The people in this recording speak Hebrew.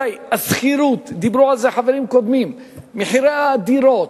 וישראל, חבר הכנסת נסים זאב,